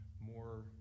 more